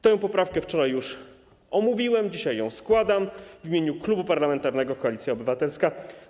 Tę poprawkę wczoraj już omówiłem, dzisiaj ją składam w imieniu Klubu Parlamentarnego Koalicja Obywatelska.